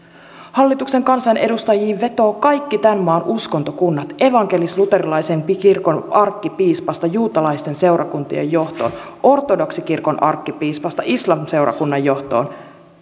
hallituksen kansanedustajiin vetoavat kaikki tämän maan uskontokunnat evankelisluterilaisen kirkon arkkipiispasta juutalaisten seurakuntien johtoon ortodoksikirkon arkkipiispasta islam seurakunnan johtoon